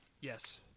Yes